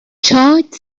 چاد